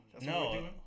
No